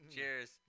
Cheers